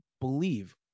believe